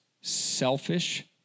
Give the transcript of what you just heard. selfish